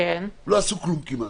לא עשו כלום כמעט.